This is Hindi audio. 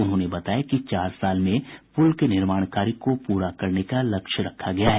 उन्होंने बताया कि चार साल में पुल के निर्माण कार्य को पूरा करने का लक्ष्य रखा गया है